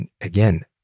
again